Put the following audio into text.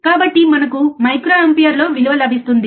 కాబట్టి మనకు మైక్రోఅంపేర్లో విలువ లభిస్తుంది